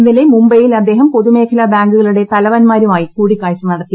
ഇന്നലെ മുംബൈയിൽ അദ്ദേഹം പൊതുമേഖലാ ബാങ്കുകളുടെ തലവന്മാരുമായി കൂടിക്കാഴ്ച നടത്തി